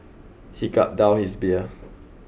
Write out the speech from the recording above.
he gulped down his beer